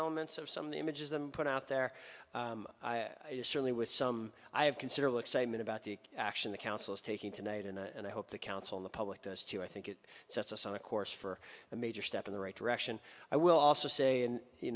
elements of some of the images them put out there is certainly with some i have considerable excitement about the action the council is taking tonight and i hope the council in the public does too i think it sets us on a course for a major step in the right direction i will also say and you